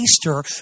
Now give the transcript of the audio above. Easter